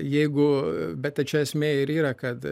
jeigu bet čia esmė ir yra kad